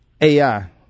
AI